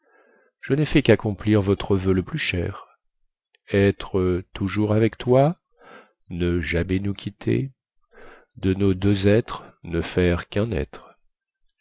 je nai fait quaccomplir votre voeu le plus cher être toujours avec toi ne jamais nous quitter de nos deux êtres ne faire quun être